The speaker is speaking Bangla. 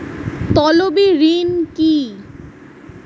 তলবি ঋন কি?